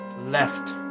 left